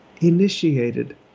initiated